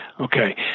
Okay